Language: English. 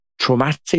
traumatic